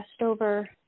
over